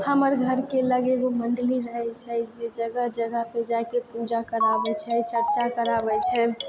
हमर घरके लगे एगो मण्डली रहैछे जे जगह जगह पर जाकऽ पूजा कराबैछे चर्चा कराबैछे